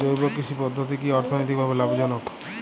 জৈব কৃষি পদ্ধতি কি অর্থনৈতিকভাবে লাভজনক?